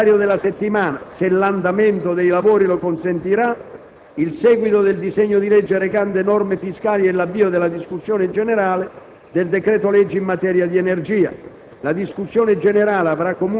Restano compresi nel calendario della settimana - se l'andamento dei lavori lo consentirà - il seguito del disegno di legge recante norme fiscali e l'avvio della discussione generale del decreto-legge in materia di energia.